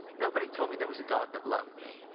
nobody told me there was a god that loved me.